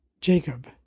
Jacob